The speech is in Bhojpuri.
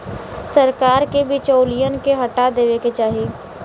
सरकार के बिचौलियन के हटा देवे क चाही